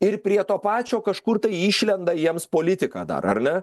ir prie to pačio kažkur tai išlenda jiems politika dar ar ne